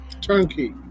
Turnkey